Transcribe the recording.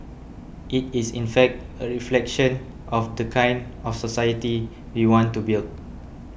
it is in fact a reflection of the kind of society we want to build